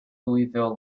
louisville